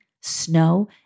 snow